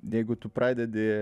jeigu tu pradedi